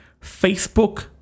Facebook